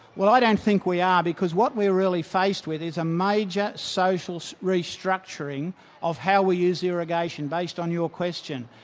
well i don't think we are because what we're really faced with is a major social so restructuring of how we use irrigation based on your question.